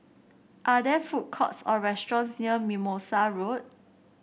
are there food courts or restaurants near Mimosa Road